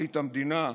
פרקליט המדינה,